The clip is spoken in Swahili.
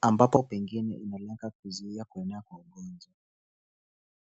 ambapo pengine inalenga kuzuia kuenea kwa ugonjwa.